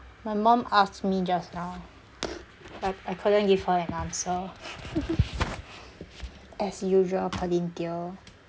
my mum asked me just now I I couldn't give her an answer as usual pearlyn teo